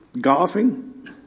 golfing